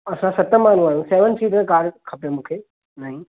असां सत माण्हू आहियूं सैवन सीटर कार खपे मुंखे नईं